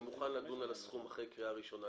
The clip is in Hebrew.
אני מוכן לדון על הסכום אחרי קריאה ראשונה,